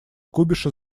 кубиша